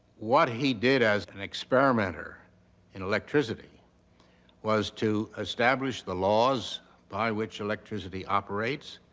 what he did as an experimenter in electricity was to establish the laws by which electricity operates,